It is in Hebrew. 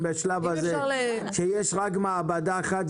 כשיש רק מעבדה אחת,